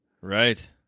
Right